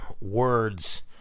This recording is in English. words